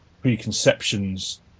preconceptions